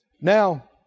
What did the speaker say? Now